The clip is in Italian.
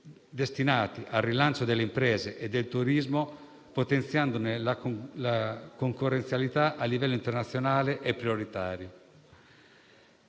destinati al rilancio delle imprese del turismo, potenziandone la concorrenzialità a livello internazionale, è prioritario.